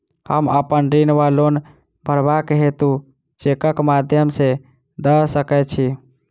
हम अप्पन ऋण वा लोन भरबाक हेतु चेकक माध्यम सँ दऽ सकै छी?